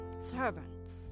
servants